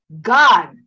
God